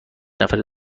نفره